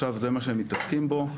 עכשיו זה מה שהם מתעסקים בו,